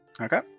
Okay